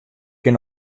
kin